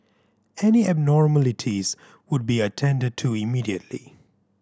any abnormalities would be attended to immediately